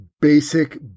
basic